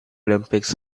olympics